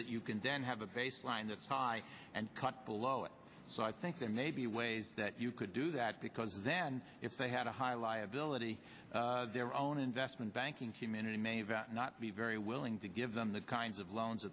that you can then have a baseline that is high and cut below it so i think there may be ways that you could do that because then if they had a high liability their own investment banking community may vat not be very willing to give them the kinds of loans